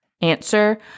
answer